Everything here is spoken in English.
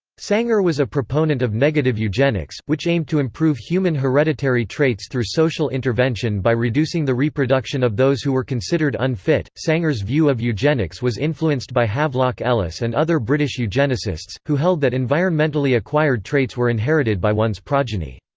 sanger was a proponent of negative eugenics, which aimed to improve human hereditary traits through social intervention by reducing the reproduction of those who were considered unfit sanger's view of eugenics was influenced by havelock ellis and other british eugenicists, eugenicists, who held that environmentally acquired traits were inherited by one's progeny.